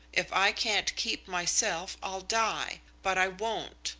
if i can't keep myself, i'll die, but i won't.